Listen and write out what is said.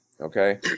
okay